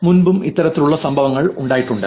മുൻപും ഇത്തരത്തിലുള്ള സംഭവങ്ങൾ ഉണ്ടായിട്ടുണ്ട്